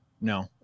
No